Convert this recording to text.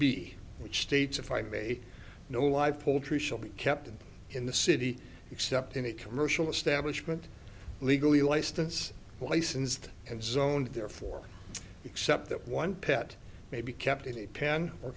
b which states if i may no live poultry shall be kept in the city except in a commercial establishment legally license licensed and zoned therefore except that one pet may be kept in a pen or